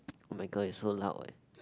oh-my-god is so loud eh